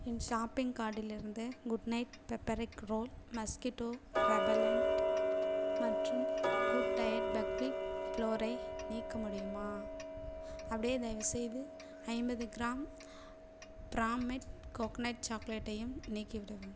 என் shopping கார்ட்டிலிருந்து good night fabric roll mosquito repellent மற்றும் good diet buckwheat ஃப்ளோரை நீக்க முடியுமா அப்படியே தயவு செய்து ஐம்பது கிராம் பிராம் மெட் கோக்கெனட் சாக்லேட்டையும் நீக்கிவிடவும்